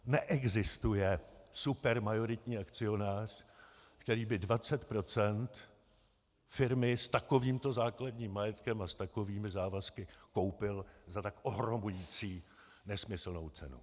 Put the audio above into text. Neexistuje supermajoritní akcionář, který by 20 % firmy s takovýmto základním majetkem a s takovými závazky koupil za tak ohromující nesmyslnou cenu.